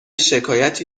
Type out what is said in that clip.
شکایتی